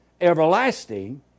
everlasting